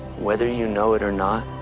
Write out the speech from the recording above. whether you know it or not,